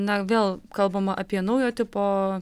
na vėl kalbama apie naujo tipo